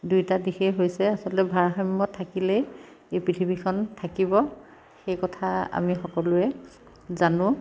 দুয়োটা দিশেই হৈছে আচলতে ভাৰসাম্য় থাকিলেই এই পৃথিৱীখন থাকিব সেই কথা আমি সকলোৱে জানো